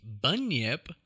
bunyip